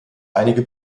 einige